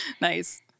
nice